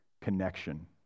connection